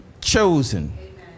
chosen